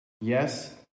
Yes